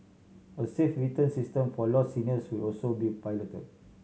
a safe return system for lost seniors will also be piloted